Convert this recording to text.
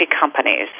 companies